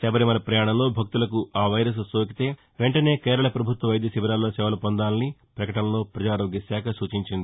శబరిమల ప్రయాణంలో భక్తులకు ఆ వైరస్ సోకితే వెంటనే కేరళ పభుత్వ వైద్య శిబిరాల్లో సేవలు పొందాలని ప్రపకటనలో ప్రపజారోగ్య శాఖ సూచించింది